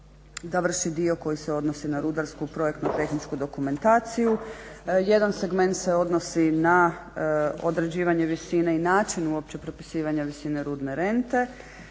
da vrši dio koji se odnosi na rudarsku projektno-tehničku dokumentaciju. Jedan segment se odnosi na određivanje visine i načinu uopće propisivanja visine rudne rente.